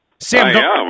Sam